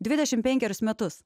dvidešim penkerius metus